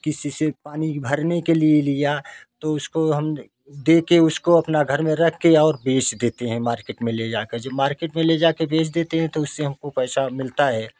किसी से पानी भरने के लिए लिया तो उसको हम देके उसको अपना घर में रख के और बेच देते है मार्केट में ले जाके के जब मार्केट में ले जाके बेच देते है तो उससे हमको पैसा मिलता है